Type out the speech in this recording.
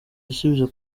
igisubizo